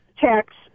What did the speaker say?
tax